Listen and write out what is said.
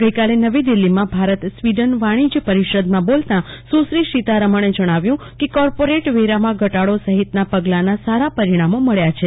ગઈકાલે નવી દિલ્હીમાં ભારત સ્વીડન વાણિજય પરિષદમાં બોલતા સુશ્રી સીતારમણે જણાવ્યું કે કોર્પોરેટ વેરામાં ઘટાડો સહિતના પગલાના સારા પરિણામો મળ્યા છે